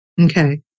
Okay